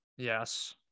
Yes